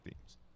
themes